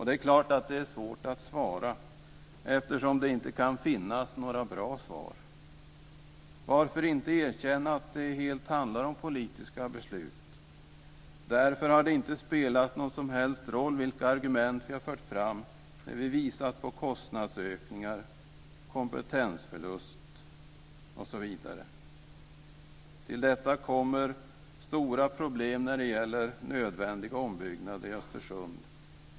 Det är klart att det är svårt att svara, eftersom det inte kan finnas några bra svar. Varför inte erkänna att det helt handlar om politiska beslut? Det har därför inte spelat någon som helst roll vilka argument vi fört fram när vi visat på kostnadsökningar, kompetensförlust osv. Till detta kommer stora problem när det gäller nödvändiga ombyggnader i Östersund.